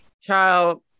Child